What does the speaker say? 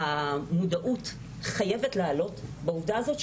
המודעות חייבת לעלות לעובדה הזאת,